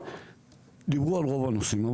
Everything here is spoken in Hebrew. דיברו על רוב הנושאים,